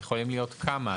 יכולים להיות כמה.